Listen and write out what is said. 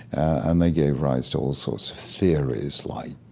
and they gave rise to all sorts of theories like